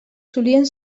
solien